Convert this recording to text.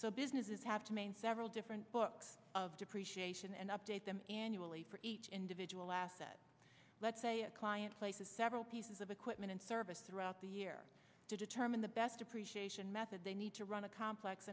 so businesses have to maine several different books of depreciation and update them annually for each individual asset let's say a client places several pieces of equipment and service throughout the year to determine the best depreciation method they need to run a complex